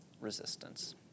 resistance